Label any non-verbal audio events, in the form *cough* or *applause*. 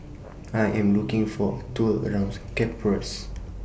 *noise* I Am looking For A Tour around Cyprus